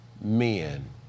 men